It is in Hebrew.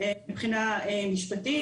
מבחינה משפטית,